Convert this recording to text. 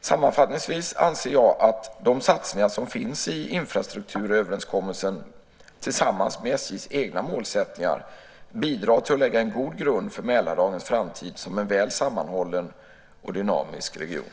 Sammanfattningsvis anser jag att de satsningar som finns i infrastrukturöverenskommelsen tillsammans med SJ:s egna målsättningar bidrar till att lägga en god grund för Mälardalens framtid som en väl sammanhållen och dynamisk region.